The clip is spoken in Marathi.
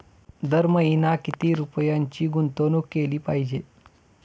दर महिना किती रुपयांची गुंतवणूक केली पाहिजे?